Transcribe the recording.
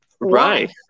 right